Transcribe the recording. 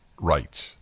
rights